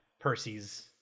Percy's